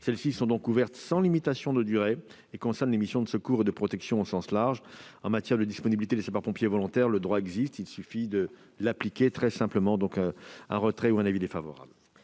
Celles-ci sont donc ouvertes sans limitation de durée et concernent les missions de secours et de protection au sens large. En matière de disponibilité des sapeurs-pompiers volontaires le droit existe, il suffit de l'appliquer. La commission demande le retrait de cet amendement.